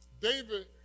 David